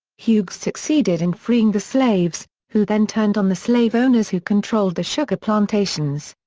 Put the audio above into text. hugues succeeded in freeing the slaves, who then turned on the slave owners who controlled the sugar plantations.